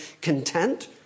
content